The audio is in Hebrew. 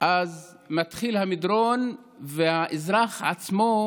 אז מתחיל המדרון, והאזרח עצמו